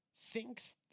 thinks